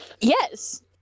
Yes